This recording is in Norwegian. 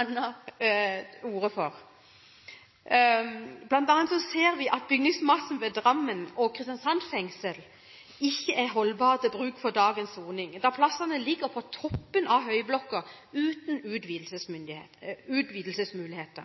Anna Ljunggren til orde for. Blant annet ser vi at bygningsmassen ved fengslene i Drammen og Kristiansand ikke er holdbar til bruk for dagens soning, da plassene ligger på toppen av høyblokker, uten utvidelsesmuligheter.